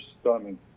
stunning